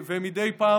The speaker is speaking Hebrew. ומדי פעם,